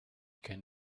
can